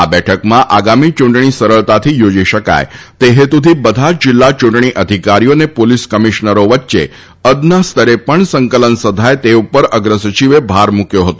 આ બેઠકમાં આગામી ચૂંટણી સરળતાથી યોજી શકાય તે હેતુથી બધા જ જિલ્લા યૂંટણી અધિકારીઓ અને પોલીસ કમિશ્નરો વચ્ચે અદના સ્તરે પણ સંકલન સધાય તે ઉપર અગ્ર સચિવે ભાર મૂક્યો હતો